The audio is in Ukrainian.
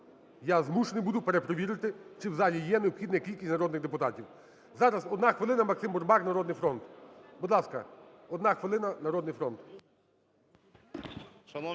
я змушений буду перепровірити, чи в залі є необхідна кількість народних депутатів. Зараз, одна хвилина, Максим Бурбак, "Народний фронт". Будь ласка, одна хвилина, "Народний фронт".